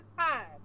time